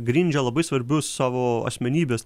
grindžia labai svarbius savo asmenybės